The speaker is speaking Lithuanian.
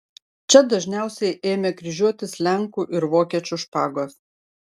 čia dažniausiai ėmė kryžiuotis lenkų ir vokiečių špagos